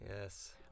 Yes